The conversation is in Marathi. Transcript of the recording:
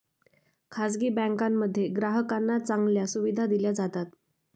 खासगी बँकांमध्ये ग्राहकांना चांगल्या सुविधा दिल्या जातात